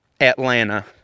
Atlanta